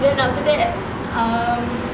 then after that um